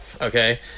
okay